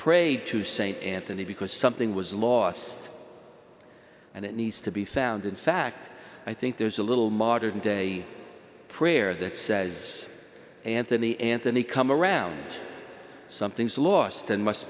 prayed to st anthony because something was lost and it needs to be found in fact i think there's a little modern day prayer that says anthony anthony come around some things lost and must